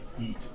eat